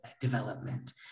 development